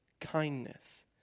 kindness